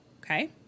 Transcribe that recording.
Okay